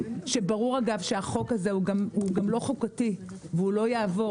שברור אגב שהחוק הזה הוא גם לא חוקתי והוא לא יעבור